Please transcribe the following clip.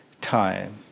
time